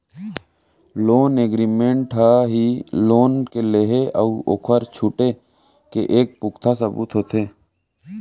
loan agreement ह ही loan के लेहे अउ ओखर छुटे के एक पुखता सबूत होथे